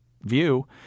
view